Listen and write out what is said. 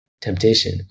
temptation